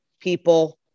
people